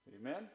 Amen